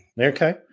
okay